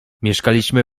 mieszkaliśmy